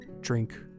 drink